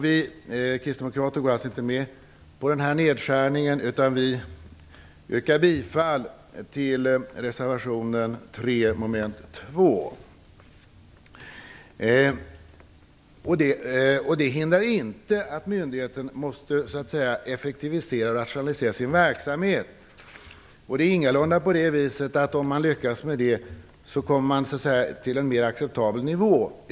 Vi kristdemokrater går inte med på den här nedskärningen. Vi yrkar bifall till reservationen 3 mom. 2. Det hindrar inte att myndigheten måste effektivisera och rationalisera sin verksamhet. Det är ingalunda på det viset att om man lyckas med det kommer man till en mer acceptabel nivå.